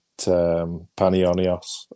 Panionios